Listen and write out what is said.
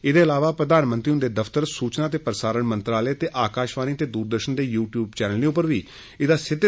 एह्दे अलावा प्रधानमंत्री हुंदे दफ्तर सूचना ते प्रसारण मंत्रालय ते आकाशवाणी ते दूरदर्शन दे यू द्यूब चैनले पर बी एह्दा प्रसारण होगे